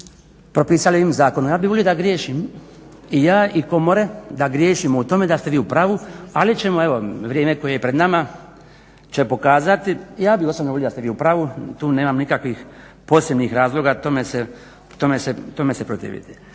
Ja bih volio da griješim, i ja i komore da griješimo o tome, da ste vi u pravu ali ćemo evo vrijeme koje je pred nama će pokazati. Ja bih osobno volio da ste vi u pravu tu nemam nikakvih posebnih razloga tome se protiviti.